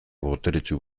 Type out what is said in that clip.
boteretsu